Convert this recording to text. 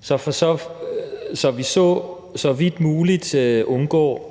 så vi så vidt muligt undgår